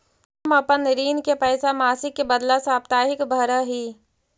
हम अपन ऋण के पैसा मासिक के बदला साप्ताहिक भरअ ही